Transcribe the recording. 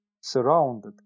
surrounded